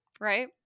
Right